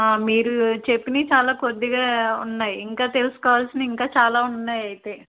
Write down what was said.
మీరు చెప్పినవి చాలా కొద్దిగా ఉన్నాయి ఇంకా తెలుసుకోవాల్సినవి ఇంకా చాలా ఉన్నాయి అయితే